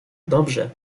dobrze